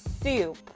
soup